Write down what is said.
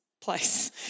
place